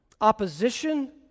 opposition